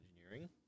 engineering